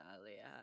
earlier